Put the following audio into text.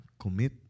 commit